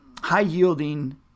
high-yielding